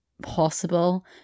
possible